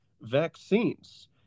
vaccines